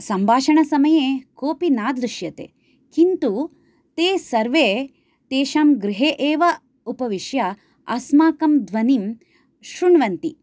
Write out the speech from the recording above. सम्भाषणसमये कोपि न दृष्यते किन्तु ते सर्वे तेषाम् गृहे एव उपविश्य अस्माकं ध्वनिं शृण्वन्ति